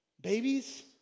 Babies